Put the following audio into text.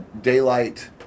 daylight